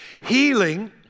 Healing